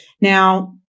Now